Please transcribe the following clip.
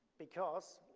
because,